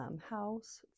house